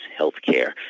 healthcare